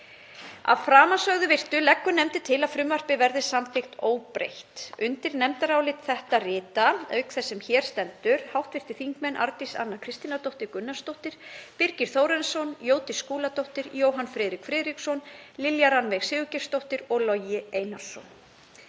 Að framansögðu virtu leggur nefndin til að frumvarpið verði samþykkt óbreytt. Undir nefndarálit þetta rita auk þeirrar sem hér stendur hv. þingmenn Arndís Anna Kristínardóttir Gunnarsdóttir, Birgir Þórarinsson, Jódís Skúladóttir, Jóhann Friðrik Friðriksson, Lilja Rannveig Sigurgeirsdóttir og Logi Einarsson.